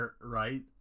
right